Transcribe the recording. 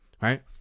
Right